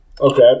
Okay